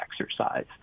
exercise